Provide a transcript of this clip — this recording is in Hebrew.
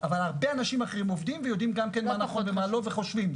אבל הרבה אנשים אחרים עובדים ויודעים גם כן מה נכון ומה לא וחושבים.